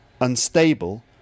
unstable